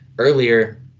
Earlier